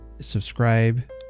subscribe